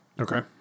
Okay